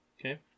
Okay